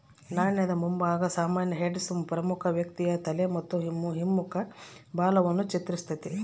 ನಾಣ್ಯದ ಮುಂಭಾಗ ಸಾಮಾನ್ಯ ಹೆಡ್ಸ್ ಪ್ರಮುಖ ವ್ಯಕ್ತಿಯ ತಲೆ ಮತ್ತು ಹಿಮ್ಮುಖ ಬಾಲವನ್ನು ಚಿತ್ರಿಸ್ತತೆ